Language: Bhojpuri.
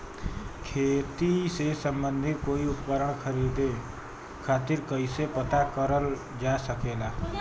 खेती से सम्बन्धित कोई उपकरण खरीदे खातीर कइसे पता करल जा सकेला?